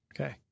Okay